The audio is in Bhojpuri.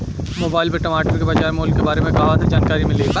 मोबाइल पर टमाटर के बजार मूल्य के बारे मे कहवा से जानकारी मिली?